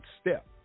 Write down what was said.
step